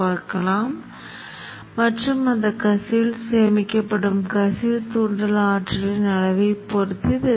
நான் n முறை Io என்று சொன்னால் இது காந்தமாக்கலைத் தவிர்த்து இங்கே சரியாகப் பொருந்த வேண்டும்